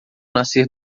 nascer